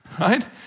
right